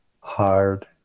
hard